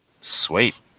Sweet